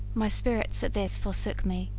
my spirits at this forsook me,